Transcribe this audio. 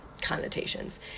connotations